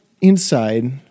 inside